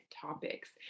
topics